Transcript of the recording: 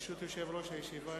ברשות יושב-ראש הישיבה,